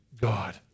God